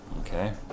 Okay